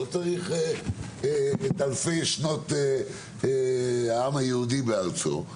לא צריך את אלפי שנות העם היהודי בארצו.